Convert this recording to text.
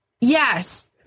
yes